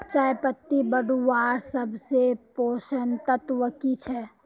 चयपत्ति बढ़वार सबसे पोषक तत्व की छे?